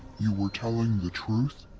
you were telling the truth?